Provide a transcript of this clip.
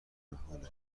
محاله